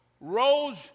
rose